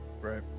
Right